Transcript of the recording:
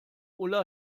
ulla